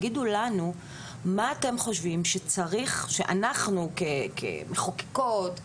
תגידו לנו מה אתם חושבים שצריך שאנחנו כמחוקקות,